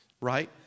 right